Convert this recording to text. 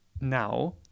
now